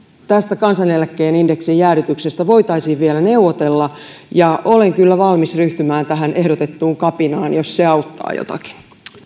kansaneläkkeen indeksijäädytyksestä voitaisiin vielä neuvotella ja olen kyllä valmis ryhtymään tähän ehdotettuun kapinaan jos se auttaa jotakin